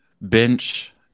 Bench